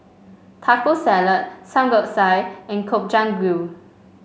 Taco Salad Samgyeopsal and Gobchang Gui